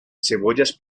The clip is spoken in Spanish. cebollas